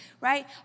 right